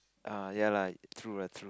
err ya lah true lah true